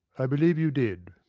i believe you did.